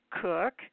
Cook